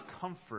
comfort